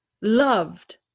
loved